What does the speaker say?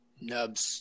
Nubs